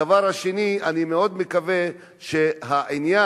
הדבר השני, אני מאוד מקווה שהעניין